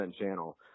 channel